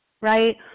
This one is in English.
right